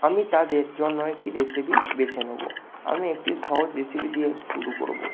আমি তাদের জন্য একটি রেসিপি বেছে নেবো আমি একটি সহজ রেসিপি দিয়ে শুরু করবো